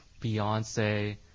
Beyonce